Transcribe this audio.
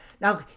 Now